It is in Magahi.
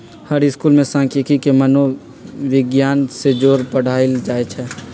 हर स्कूल में सांखियिकी के मनोविग्यान से जोड़ पढ़ायल जाई छई